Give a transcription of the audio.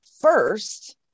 first